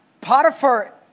Potiphar